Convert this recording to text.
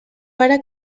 pare